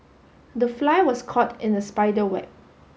the fly was caught in the spider web